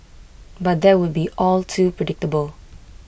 but that would be all too predictable